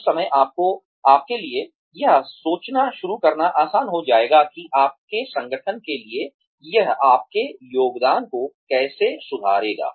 उस समय आपके लिए यह सोचना शुरू करना आसान हो जाएगा कि आपके संगठन के लिए यह आपके योगदान को कैसे सुधारेगा